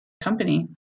company